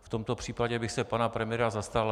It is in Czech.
V tomto případě bych se pana premiéra zastal.